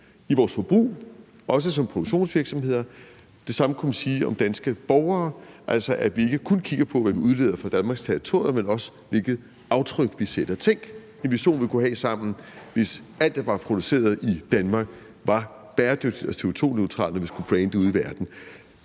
i vores forbrug, også som produktionsvirksomheder. Det samme kunne man sige om danske borgere, altså at vi ikke kun kigger på, hvad vi udleder fra Danmarks territorium, men også på, hvilket aftryk vi sætter. Tænk, hvilken vision vi kunne have sammen, hvis alt, der var produceret i Danmark, var bæredygtigt og CO2-neutralt, når vi skulle brande det ude i verden.